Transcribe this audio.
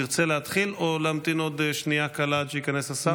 תרצה להתחיל או להמתין עוד שנייה קלה עד שייכנס השר?